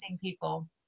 people